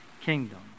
kingdom